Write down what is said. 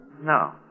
No